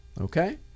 Okay